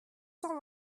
cent